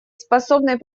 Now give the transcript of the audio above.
способной